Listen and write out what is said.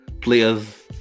players